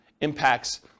impacts